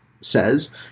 says